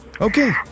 Okay